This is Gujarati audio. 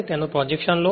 તેથી તેનો પ્રોજેકશન લો